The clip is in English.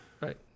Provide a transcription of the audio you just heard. right